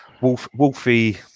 Wolfie